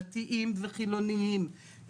דתיים וחילוניים,